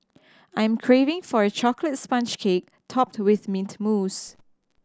I'm craving for a chocolate sponge cake topped with mint mousse